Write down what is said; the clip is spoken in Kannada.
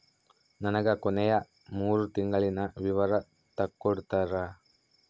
ನನಗ ಕೊನೆಯ ಮೂರು ತಿಂಗಳಿನ ವಿವರ ತಕ್ಕೊಡ್ತೇರಾ?